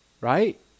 right